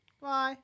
Bye